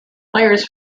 players